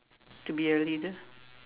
to be a leader